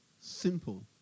simple